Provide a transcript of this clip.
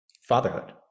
fatherhood